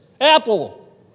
Apple